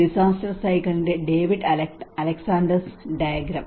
disaster സൈക്കിളിന്റെ David Alexander's diagram